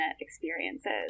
experiences